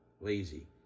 Lazy